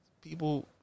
people